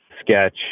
sketch